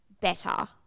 better